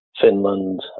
Finland